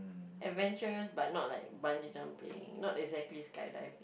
adventurous but not like bungee jumping not exactly skydiving